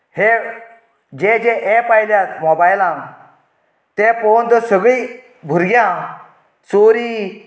हें जे जे एप आयल्यात मोबायलांत ते पळोवन तर सगळीं भुरग्यां चोरी